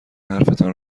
حرفتان